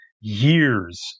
years